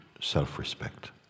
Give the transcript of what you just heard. self-respect